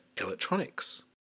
Electronics